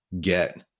get